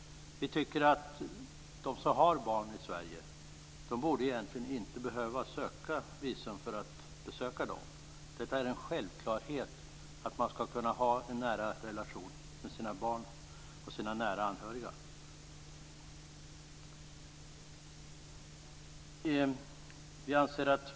De som har barn i Sverige borde egentligen inte behöva söka visum för att besöka dem. Det är en självklarhet att man skall kunna ha en nära relation med sina barn och sina nära anhöriga.